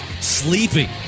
sleeping